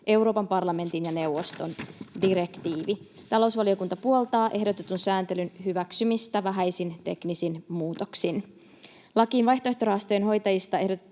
Euroopan parlamentin ja neuvoston direktiivi. Talousvaliokunta puoltaa ehdotetun sääntelyn hyväksymistä vähäisin teknisin muutoksin. Lakiin vaihtoehtorahastojen hoitajista ehdotetaan